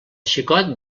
xicot